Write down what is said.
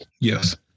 Yes